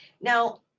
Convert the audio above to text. Now